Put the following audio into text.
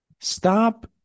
stop